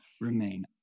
remain